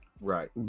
Right